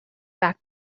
back